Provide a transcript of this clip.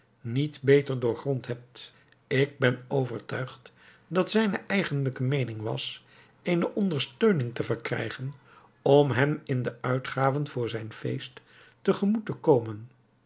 niet beter doorgrond hebt ik ben overtuigd dat zijne eigenlijke meening was eene ondersteuning te verkrijgen om hem in de uitgaven voor zijn feest te gemoet te komen